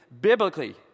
biblically